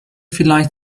vielleicht